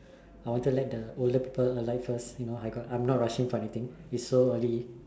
I wanted to let the older people alight first you know I got I'm not rushing for anything it's so early